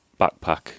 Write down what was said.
backpack